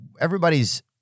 everybody's